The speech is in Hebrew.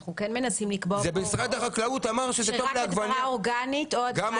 משרד החקלאות קבע רק הדברה אורגנית או הדברה ייעודית.